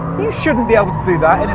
you shouldn't be able to do that